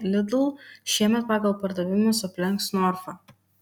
lidl šiemet pagal pardavimus aplenks norfą